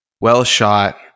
well-shot